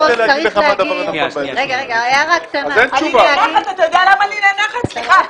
אתה יודע למה אני נאנחת?